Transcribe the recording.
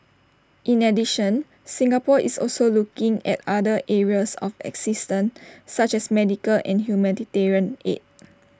in addition Singapore is also looking at other areas of assistance such as medical and humanitarian aid